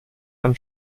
ein